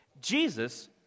Jesus